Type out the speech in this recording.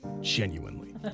Genuinely